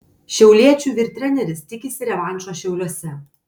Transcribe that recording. šiauliečių vyr treneris tikisi revanšo šiauliuose